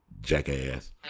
Jackass